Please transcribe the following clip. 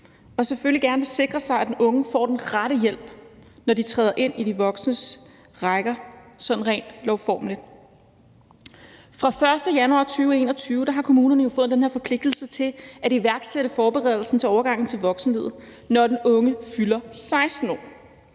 og selvfølgelig gerne vil sikre sig, at den unge får den rette hjælp, når denne træder ind i de voksnes rækker sådan rent lovformeligt. Fra den 1. januar 2021 har kommunerne fået den her forpligtelse til at iværksætte forberedelsen til overgangen til voksenlivet, når den unge fylder 16 år.